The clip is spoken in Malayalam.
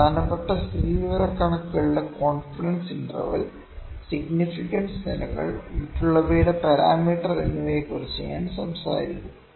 പ്രധാനപ്പെട്ട സ്ഥിതിവിവരക്കണക്കുകളുടെ കോൺഫിഡൻസ് ഇന്റർവെൽ സിഗ്നിഫിക്കൻസ് നിലകൾ മറ്റുള്ളവയുടെ പാരാമീറ്റർ എന്നിവയെക്കുറിച്ച് ഞാൻ സംസാരിക്കും